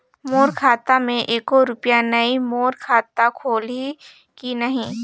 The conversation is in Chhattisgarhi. मोर खाता मे एको रुपिया नइ, मोर खाता खोलिहो की नहीं?